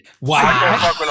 Wow